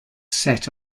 set